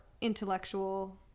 intellectual